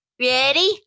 Ready